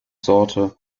sorte